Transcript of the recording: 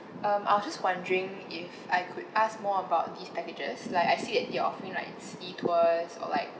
um I was just wondering if I could ask more about these packages like I see at your offering like sea tours or like